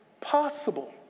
possible